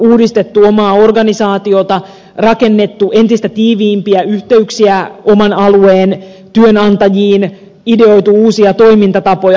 uudistettu omaa organisaatiota rakennettu entistä tiiviimpiä yhteyksiä oman alueen työantajiin ideoitu uusia toimintatapoja